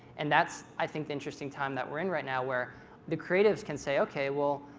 and that's, i think, the interesting time that we're in right now where the creatives can say ok, well,